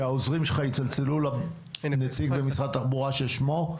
שהעוזרים שלך יצלצלו לנציג במשרד התחבורה ששמו הוא?